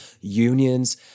unions